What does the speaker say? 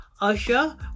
Usher